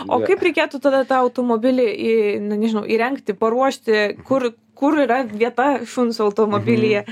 o kaip reikėtų tada tą automobilį į nu nežinau įrengti paruošti kur kur yra vieta šuns automobilyje